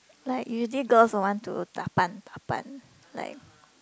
like usually girls will want to 打扮打扮 like